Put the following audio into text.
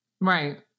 Right